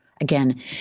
Again